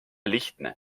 lihtne